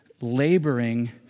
laboring